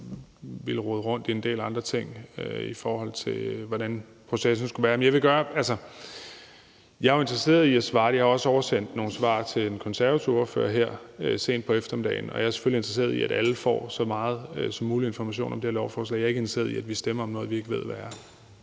vil rode rundt i en del andre ting, i forhold til hvordan processen skulle være. Jeg er jo interesseret i at svare. Jeg har også oversendt nogle svar til den konservative ordfører her sent på eftermiddagen, og jeg er selvfølgelig interesseret i, at alle får så meget information om det her lovforslag som muligt. Jeg er ikke interesseret i, at vi stemmer om noget, vi ikke ved hvad er.